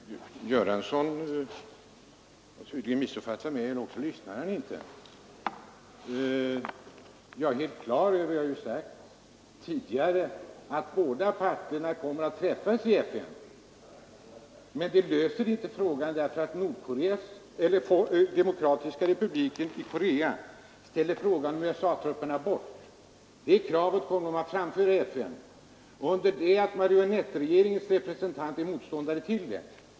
Herr talman! Herr Göransson har tydligen missuppfattat mig, eller också lyssnar han inte. Jag är fullständigt på det klara med — det har jag sagt tidigare — att båda parterna kommer att träffas i FN. Men det löser inte problemen, därför att Demokratiska folkrepubliken Korea vill att USA-trupperna skall bort. Det kravet kommer man att framföra i FN under det att marionettregeringens representanter är motståndare till det.